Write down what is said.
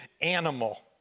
animal